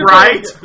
right